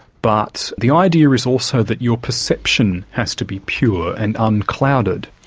but the idea is also that your perception has to be pure and unclouded,